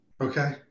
okay